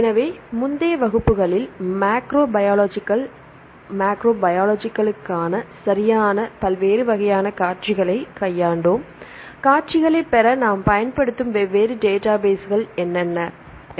எனவே முந்தைய வகுப்புகளில் மேக்ரோபயாலஜிக்கல் மேக்ரோமிகுலூக்களுக்கு சரியான பல்வேறு வகையான காட்சிகளைக் கையாண்டோம் காட்சிகளைப் பெற நாம் பயன்படுத்தும் வெவ்வேறு டேட்டாபேஸ்கள் யாவை